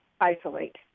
isolate